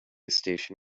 station